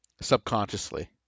subconsciously